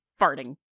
farting